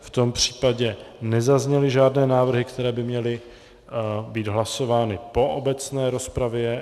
V tom případě nezazněly žádné návrhy, které by měly být hlasovány po obecné rozpravě.